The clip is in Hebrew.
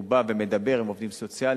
הוא בא ומדבר עם עובדים סוציאליים,